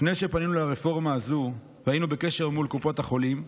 לפני שפנינו לרפורמה הזו היינו בקשר מול קופות החולים.